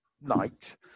night